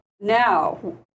now